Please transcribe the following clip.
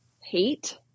Hate